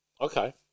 Okay